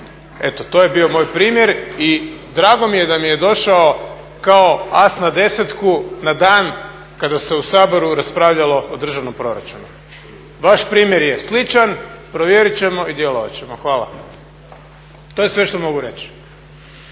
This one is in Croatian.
Eto to je bio moj primjer. I drago mi je da mi je došao kao as na desetku na dan kada se u Saboru raspravljalo o državnom proračunu. Vaš primjer je sličan, provjerit ćemo i djelovat ćemo. Hvala. To je sve što mogu reći.